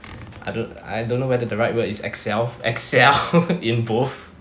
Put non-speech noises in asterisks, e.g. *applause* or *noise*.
I don't I don't know whether the right word is excel excel *laughs* in both